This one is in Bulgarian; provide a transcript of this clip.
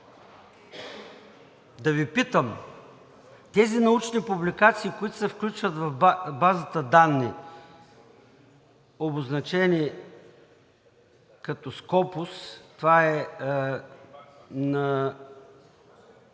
Да Ви питам: тези научни публикации, които се включват в базата данни, обозначени като SCOPUS – това е на